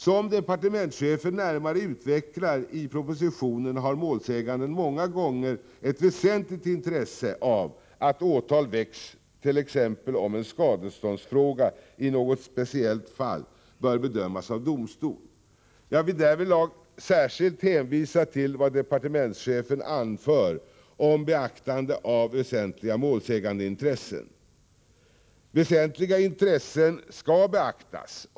Som departementschefen närmare utvecklar i propositionen har målsäganden många gånger ett väsentligt intresse av att åtal väcks, t.ex. om en skadeståndsfråga i något speciellt fall bör bedömas av domstol. Jag vill därvidlag särskilt hänvisa till vad departementschefen anför om beaktande av väsentliga målsägandeintressen: ”Väsentliga intressen skall beaktas.